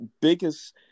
biggest